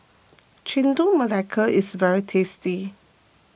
Chendol Melaka is very tasty